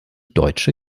deutsche